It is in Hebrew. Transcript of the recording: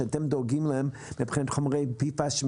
שאתם דואגים להם מבחינת חומרי PFAS,